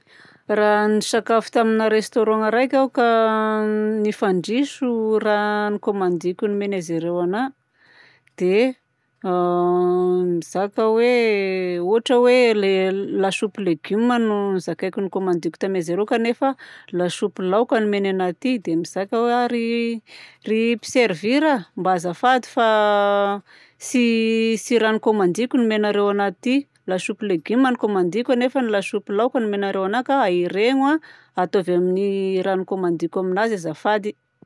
Raha nisakafo tamina restaurant araika aho ka nifandriso raha nokômandìko nomen'ery zareo anahy dia mizaka aho hoe ohatra hoe le lasopy légume no nozakaiko nokômandiko tamin'izy ireo kanefa lasopy laoka no omeny anahy ty, dia mizaka aho hoe ry mpiservir a, mba azafady fa tsy tsy raha nocommandiko no omenareo anahy ty. Lasopy légumes no kômandiko nefany lasopy laoka no amenareo anahy ka aheregno a, ataovy amin'ny raha nokômandiko aminazy azafady.